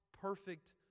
perfect